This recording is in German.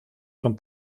von